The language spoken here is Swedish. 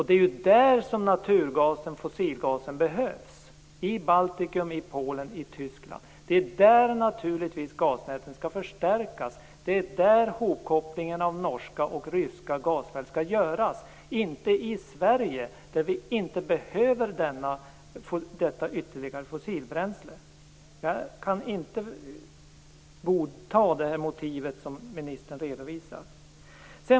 Det är ju där som naturgasen/fossilgasen behövs, dvs. i Baltikum, Polen och Tyskland. Det är där gasnäten skall förstärkas och hopkopplingen av norska och ryska gasfält skall göras. Det skall inte göras i Sverige, där vi inte behöver detta ytterligare fossilbränsle. Jag kan inte godta det motiv som ministern redovisar.